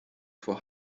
vor